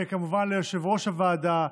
וכמובן ליושב-ראש הוועדה,